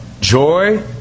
joy